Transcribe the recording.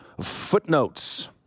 Footnotes